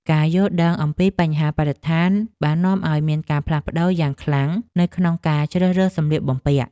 ការយល់ដឹងអំពីបញ្ហាបរិស្ថានបាននាំឱ្យមានការផ្លាស់ប្តូរយ៉ាងខ្លាំងនៅក្នុងការជ្រើសរើសសម្លៀកបំពាក់។